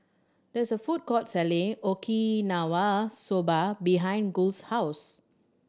there is a food court selling Okinawa Soba behind Gus' house